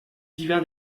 divin